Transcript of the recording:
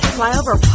Flyover